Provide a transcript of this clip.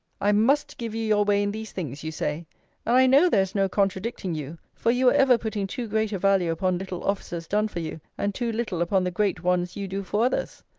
i must give you your way in these things, you say and i know there is no contradicting you for you were ever putting too great a value upon little offices done for you, and too little upon the great ones you do for others.